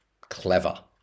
clever